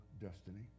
destiny